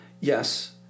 Yes